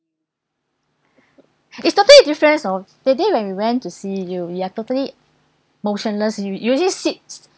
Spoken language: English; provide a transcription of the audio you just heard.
it's totally different oh that day when we went to see you you are totally motionless you you really sit